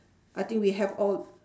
I think we have all